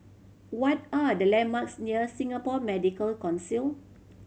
what are the landmarks near Singapore Medical Council